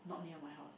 not near my house